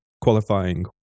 qualifying